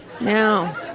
Now